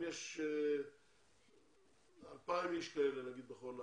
אם נגיד יש 2,000 אנשים בכל הארץ,